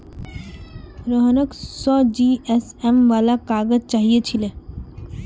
रोहनक सौ जीएसएम वाला काग़ज़ चाहिए छिले